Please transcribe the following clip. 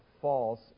false